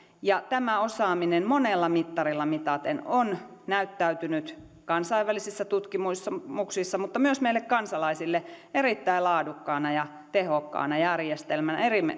ja tämä osaaminen monella mittarilla mitaten on näyttäytynyt kansainvälisissä tutkimuksissa mutta myös meille kansalaisille erittäin laadukkaana ja tehokkaana järjestelmänä